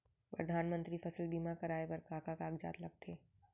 परधानमंतरी फसल बीमा कराये बर का का कागजात लगथे?